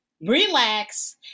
relax